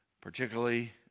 particularly